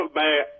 man